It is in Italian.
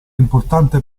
importante